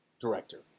director